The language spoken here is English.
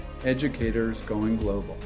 educatorsgoingglobal